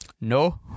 no